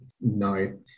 no